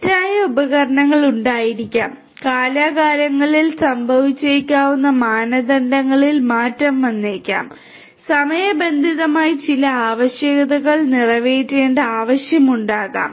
തെറ്റായ ഉപകരണങ്ങൾ ഉണ്ടായിരിക്കാം കാലാകാലങ്ങളിൽ സംഭവിച്ചേക്കാവുന്ന മാനദണ്ഡങ്ങളിൽ മാറ്റം വന്നേക്കാം സമയബന്ധിതമായി ചില ആവശ്യകതകൾ നിറവേറ്റേണ്ട ആവശ്യമുണ്ടാകാം